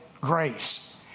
grace